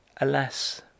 Alas